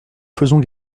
faisons